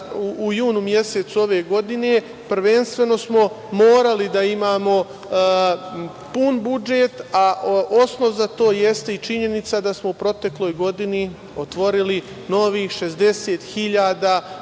u junu mesecu ove godine, prvenstveno smo morali da imamo pun budžet, a osnov za to jeste i činjenica da smo u protekloj godini otvorili novih 60 hiljada